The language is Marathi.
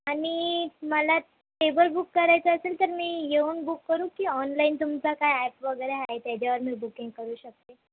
आणि मला टेबल बुक करायचं असेल तर मी येऊन बुक करू की ऑनलाईन तुमचं काय ॲप वगैरे आहे त्याच्यावरनं मी बुकिंग करू शकते